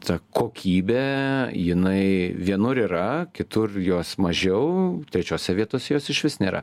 ta kokybė jinai vienur yra kitur jos mažiau trečiose vietose jos išvis nėra